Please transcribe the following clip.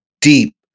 deep